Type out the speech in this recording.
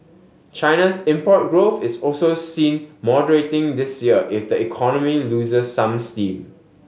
China's import growth is also seen moderating this year if the economy loses some steam